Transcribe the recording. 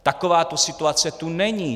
Takováto situace tu není.